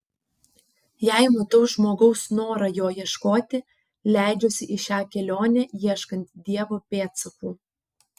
jei matau žmogaus norą jo ieškoti leidžiuosi į šią kelionę ieškant dievo pėdsakų